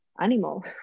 animal